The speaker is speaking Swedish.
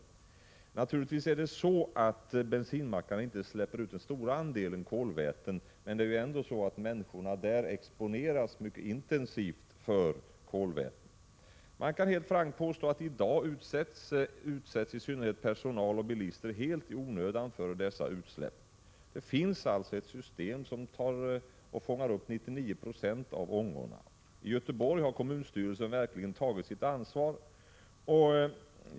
Det är naturligtvis inte bensinmackarna som släpper ut den verkligt stora andelen kolväten, men människorna runt mackarna exponeras ändå mycket intensivt för kolväten. Man kan helt frankt påstå att personal och bilister i dag helt i onödan utsätts för dessa utsläpp, eftersom det nu finns ett system som fångar upp 99 96 av ångorna. I Göteborg har kommunstyrelsen verkligen tagit sitt ansvar.